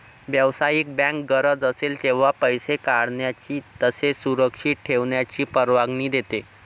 व्यावसायिक बँक गरज असेल तेव्हा पैसे काढण्याची तसेच सुरक्षित ठेवण्याची परवानगी देते